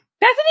Bethany